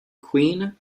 queen